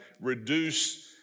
reduce